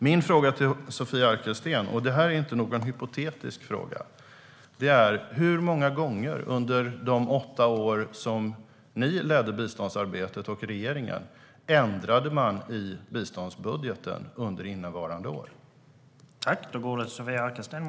Min fråga till Sofia Arkelsten, och det här är inte någon hypotetisk fråga, är hur många gånger man ändrade i biståndsbudgeten under innevarande år under de åtta år som ni och den förra regeringen ledde biståndsarbetet.